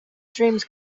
dreams